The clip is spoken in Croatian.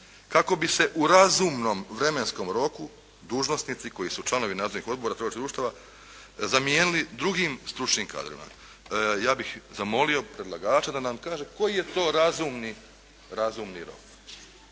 kako bi se u razumnom vremenskom roku dužnosnici koji su članovi nadzornih odbora i trgovačkih društava zamijenili drugim stručnim kadrovima. Ja bih zamolio predlagača da nam kaže koji je to razumni rok?